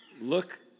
Look